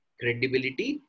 credibility